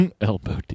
elbow